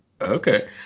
Okay